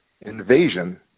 invasion